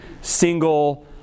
single